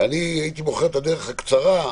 אני הייתי בוחר את הדרך הקצרה,